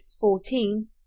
fourteen